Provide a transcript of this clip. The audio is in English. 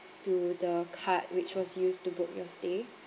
to the card which was used to book your stay